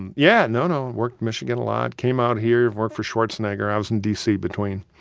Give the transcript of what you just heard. and yeah, no, no and worked michigan a lot, came out here, worked for schwarzenegger. i was in d c. between